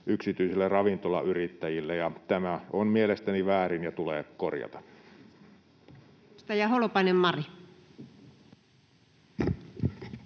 yksityisille ravintolayrittäjille, ja tämä on mielestäni väärin ja tulee korjata.